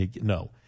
No